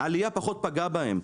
העלייה פחות פגעה בהם,